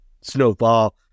snowfall